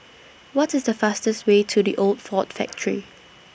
What IS The fastest Way to The Old Ford Factory